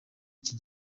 iki